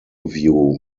view